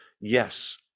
Yes